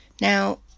Now